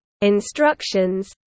instructions